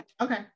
Okay